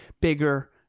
bigger